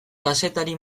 kazetari